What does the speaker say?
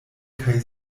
kaj